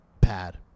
pad